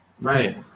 Right